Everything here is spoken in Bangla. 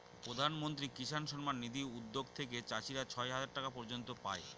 প্রধান মন্ত্রী কিষান সম্মান নিধি উদ্যাগ থেকে চাষীরা ছয় হাজার টাকা পর্য়ন্ত পাই